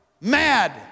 Mad